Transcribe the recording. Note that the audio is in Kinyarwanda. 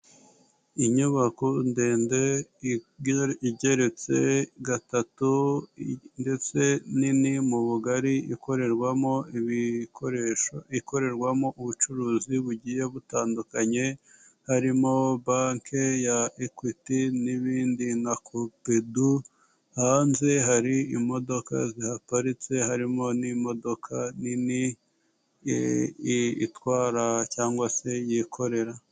Inyubako ndendel igeretse gatatu ndetse nini mu bugari ikorerwamo ibikoresho, ikorerwamo ubucuruzi bugiye butandukanye harimo banki ya ekwiti n'ibindi na kopedu. Hanze hari imodoka ziparitse harimo n'imodoka nini itwara cyangwa se yikorera.